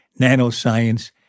nanoscience